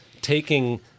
taking